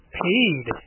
paid